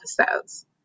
episodes